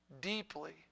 deeply